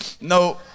No